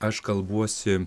aš kalbuosi